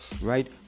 right